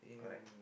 correct